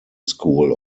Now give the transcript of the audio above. school